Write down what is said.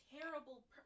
terrible